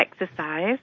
exercise